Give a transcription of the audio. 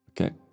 Okay